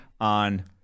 on